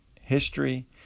history